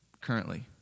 currently